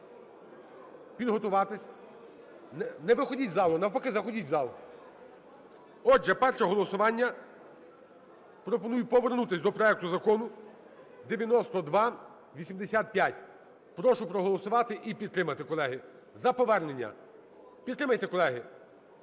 підготуватись. Не виходіть з залу, навпаки – заходіть в зал. Отже, перше голосування – пропоную повернутися до проекту Закону 9285. Прошу проголосувати і підтримати, колеги. За повернення підтримайте, колеги,